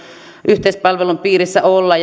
yhteispalvelun piirissä olla